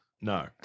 No